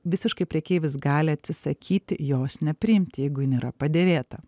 visiškai prekeivis gali atsisakyti jos nepriimti jeigu jin yra padėvėta